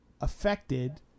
affected